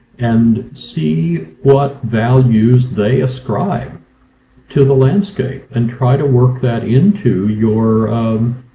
and see what values they ascribe to the landscape and try to work that into your